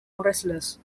wrestlers